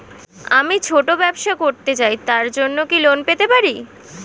আমি ছোট ব্যবসা করতে চাই তার জন্য কি লোন পেতে পারি?